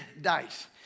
dice